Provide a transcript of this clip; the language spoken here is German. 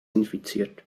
infiziert